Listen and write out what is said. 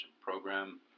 program